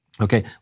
Okay